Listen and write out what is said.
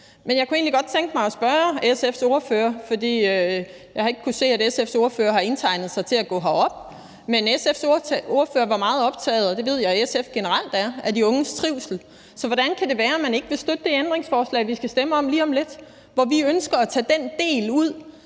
egentlig godt tænke mig at spørge spørgeren fra SF om noget, for jeg har ikke kunnet se, at en ordfører for SF har indtegnet sig til at gå herop. Spørgeren fra SF var meget optaget – og det ved jeg SF generelt er – af de unges trivsel, så hvordan kan det være, at man ikke vil støtte det ændringsforslag, vi skal stemme om lige om lidt, og hvor vi ønsker at tage den del ud,